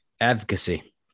advocacy